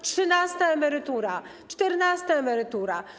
Trzynasta emerytura, czternasta emerytura.